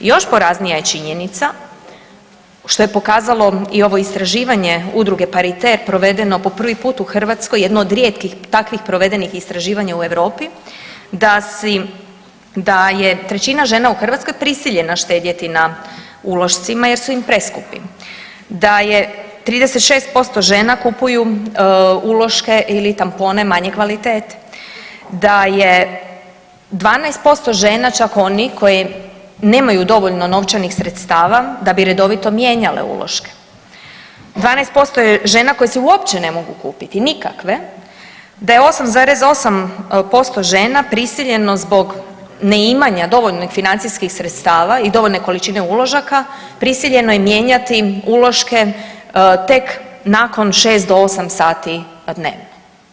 Još poraznija je činjenica što je pokazalo i ovo istraživanje udruge „PaRiter“ provedeno po prvi put u Hrvatskoj jedno od rijetkih takvih provedenih istraživanja u Europi da je trećina žena u Hrvatskoj prisiljena štedjeti na ulošcima jer su im preskupi, da je 36% žena kupuju uloške ili tampone manje kvalitete, da je 12% žena čak onih koji nemaju dovoljno novčanih sredstava da bi redovito mijenjale uloške, 12% je žena koje si uopće ne mogu kupiti nikakve, da je 8,8% žena prisiljeno zbog neimanja dovoljno fikcijskih sredstava i dovoljne količine uložaka prisiljeno mijenjati uloške tek nakon šest do osam sati dnevno.